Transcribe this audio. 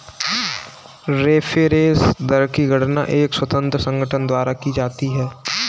reference दर की गणना एक स्वतंत्र संगठन द्वारा की जाती है